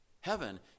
Heaven